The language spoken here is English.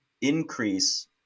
increase